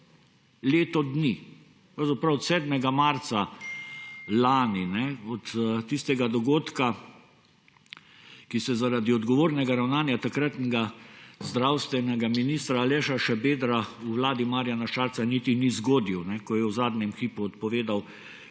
pravzaprav od 7. marca lani, od tistega dogodka, ki se zaradi odgovornega ravnanja takratnega zdravstvenega ministra Aleša Šabedra v vladi Marjana Šarca niti ni zgodil, ko je v zadnjem hipu odpovedal